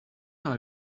are